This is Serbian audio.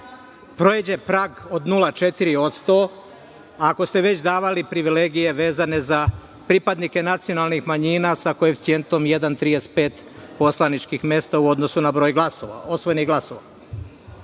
pređe prag od 0,4%, ako ste već davali privilegije vezane za pripadnike nacionalnih manjina sa koeficijentom 1,35 poslaničkih mesta, u odnosu na broj osvojenih glasova?